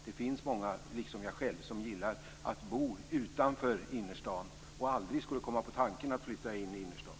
Det finns många, liksom jag själv, som gillar att bo utanför innerstaden och som aldrig skulle komma på tanken att flytta in till innerstaden.